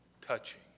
touching